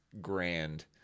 grand